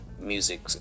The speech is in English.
music